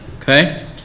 Okay